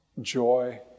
joy